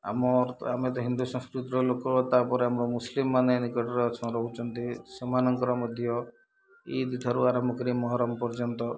ଆମର ତ ଆମେ ତ ହିନ୍ଦୁ ସଂସ୍କୃତିର ଲୋକ ତା'ପରେ ଆମର ମୁସଲିମ୍ ମାନେ ନିକଟରେ ରହୁଛନ୍ତି ସେମାନଙ୍କର ମଧ୍ୟ ଇଦ୍ ଠାରୁ ଆରମ୍ଭ କରି ମହରମ୍ ପର୍ଯ୍ୟନ୍ତ